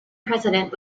president